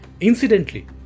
Incidentally